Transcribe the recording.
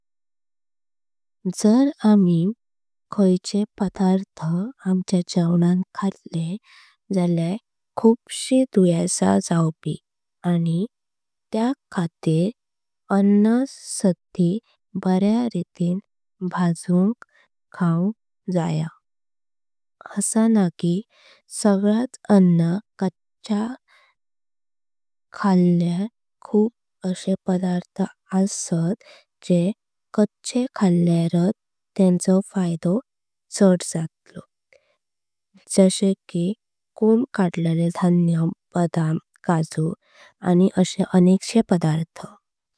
जर आमी कच्चे पदार्थ आमच्य जेवणान खल्ले जलया। खूप शी दुयेसे जावपी आणि त्या खातीर अन्न साधी। बऱ्या रीतिन भनजून बी खाऊंक जाया आसा ना कि। सगलाच अन्न कच्चा खाण्यात खूप शे। पदार्थ आसात जे कच्चे खालयारात तेंचो फायदो चड जातलो। जसा कि कॉम कडलाले धान्य, बदाम, काजू। आणि अशे अनेक शे पदार्थ आसत।